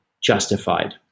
justified